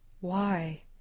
Why